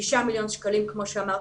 6 מיליון שקלים כמו שאמרת,